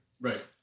Right